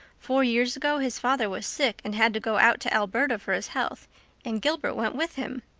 four years ago his father was sick and had to go out to alberta for his health and gilbert went with him.